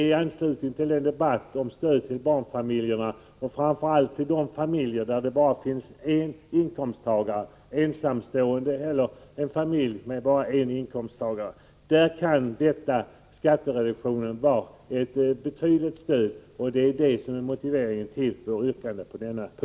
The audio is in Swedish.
I anslutning till debatten om stöd till barnfamiljerna säger vi att framför allt för ensamstående föräldrar eller familjer med bara en inkomsttagare kan skattereduktionen vara ett betydande stöd. Det är det som är motiveringen till vårt yrkande på denna punkt.